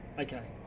Okay